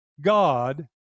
God